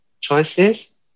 choices